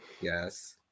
yes